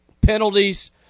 penalties